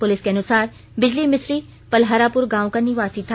police के अनुसार बिजली मिस्त्री पलहरापुर गांव का निवासी था